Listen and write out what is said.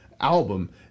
album